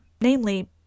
namely